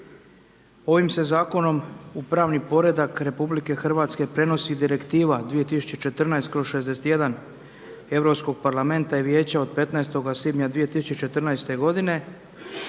Ovim se zakonom u pravni poredak RH prenosi direktiva 2014/61 Europskog parlamenta i Vijeća od 15. svibnja 2014. godine